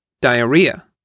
Diarrhea